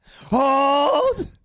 Hold